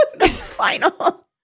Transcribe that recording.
final